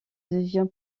devient